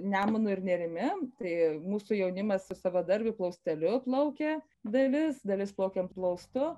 nemunu ir nerimi tai mūsų jaunimas su savadarbiu plausteliu plaukė dalis dalis plaukėm plaustu